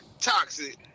toxic